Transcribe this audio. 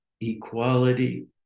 equality